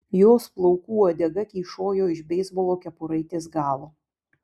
jos plaukų uodega kyšojo iš beisbolo kepuraitės galo